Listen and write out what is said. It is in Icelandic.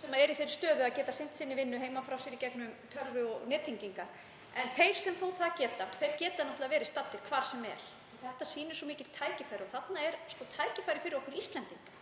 sem er í þeirri stöðu að geta sinnt sinni vinnu heiman frá sér í gegnum tölvu og nettengingar. En þeir sem geta það geta náttúrlega verið staddir hvar sem er. Þetta gefur svo mikil tækifæri og þarna er tækifæri fyrir okkur Íslendinga.